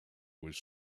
was